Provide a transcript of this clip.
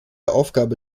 aufgabe